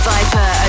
Viper